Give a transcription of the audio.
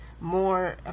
more